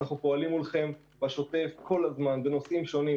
אנחנו פועלים מולכם בשוטף כל הזמן בנושאים שונים,